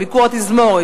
"ביקור התזמורת",